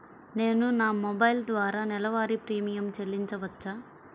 నేను నా మొబైల్ ద్వారా నెలవారీ ప్రీమియం చెల్లించవచ్చా?